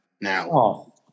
now